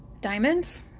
diamonds